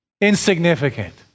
Insignificant